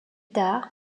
tard